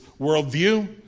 worldview